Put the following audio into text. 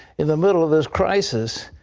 in the middle of this crisis,